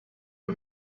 you